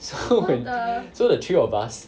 so so the three of us